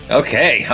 okay